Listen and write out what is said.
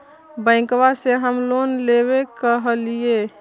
बैंकवा से हम लोन लेवेल कहलिऐ?